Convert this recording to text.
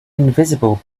invisible